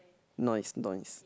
noise noise